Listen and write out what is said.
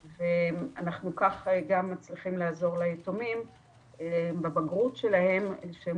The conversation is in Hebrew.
וכך אנחנו גם מצליחים לעזור ליתומים בבגרות שלהם שהם